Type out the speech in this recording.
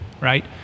right